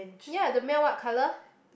ya the mail what colour